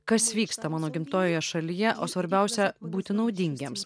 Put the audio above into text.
kas vyksta mano gimtojoje šalyje o svarbiausia būti naudingiems